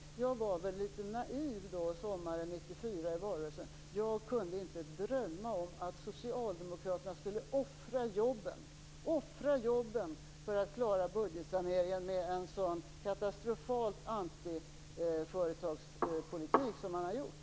Jag var väl litet naiv sommaren 1994 under valrörelsen, men jag kunde inte drömma om att socialdemokraterna skulle offra jobben för att klara budgetsaneringen med en så katastrofalt antiföretagspolitik som man har fört.